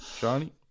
Johnny